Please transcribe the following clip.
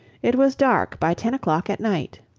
it was dark by ten o'clock at night.